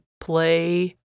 play